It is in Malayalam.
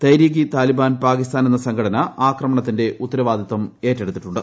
തെരീഖ് ഇ താലിബാൻ പ്ലാകിസ്ഥാൻ എന്ന സംഘടന ആക്രമണത്തിന്റെ ഉത്തരവാദിത്തിര് ഏറ്റെടുത്തിട്ടുണ്ട്